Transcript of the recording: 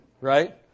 right